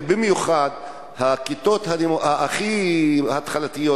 ובמיוחד הכיתות הכי התחלתיות,